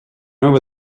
over